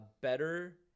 better